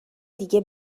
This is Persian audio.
دیگه